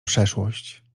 przeszłość